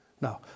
Now